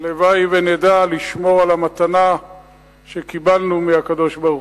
והלוואי שנדע לשמור על המתנה שקיבלנו מהקדוש-ברוך-הוא.